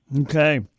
Okay